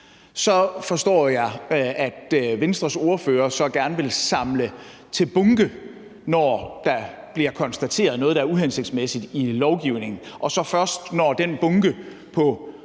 Så forstår jeg, at Venstres ordfører gerne vil samle til bunke, når der bliver konstateret noget, der er uhensigtsmæssigt i lovgivningen, og at vi så først, når den bunke på